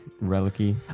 relic-y